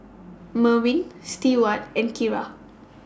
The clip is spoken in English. Merwin Stewart and Kira